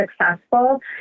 successful